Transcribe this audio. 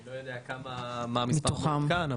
אני לא יודע מה המספר המעודכן,